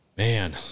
Man